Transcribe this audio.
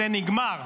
זה נגמר.